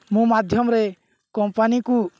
ମୋ ମାଧ୍ୟମରେ କମ୍ପାନୀକୁ